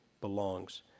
belongs